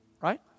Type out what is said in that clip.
Right